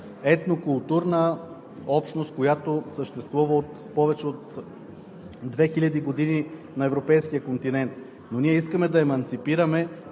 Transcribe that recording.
етнокултурна общност, която съществува повече от 2000 години на европейския континент. Ние искаме да еманципираме